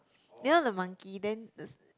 you know the monkey then the